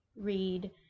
read